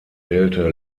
wählte